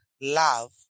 love